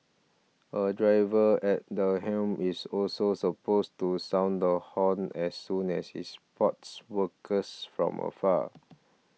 a driver at the helm is also supposed to sound the horn as soon as he spots workers from afar